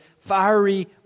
fiery